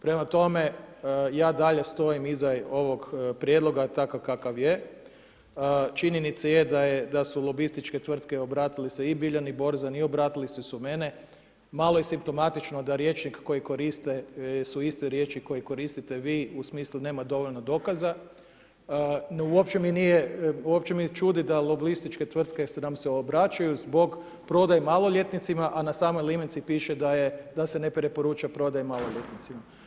Prema tome, ja dalje stojim iza ovog prijedloga takav kakav je, činjenica je da su lobističke tvrtke obratili se i Biljani Borzan i obratili su se meni, malo je simptomatično da rječnik koji koriste su iste riječi koje koristite vi u smislu nema dovoljno dokaza, no uopće me ne čudi da lobističke tvrtke nam se obraćaju zbog prodaje maloljetnicima a na samoj limenci piše da se ne preporuča prodaja maloljetnicima.